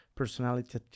personality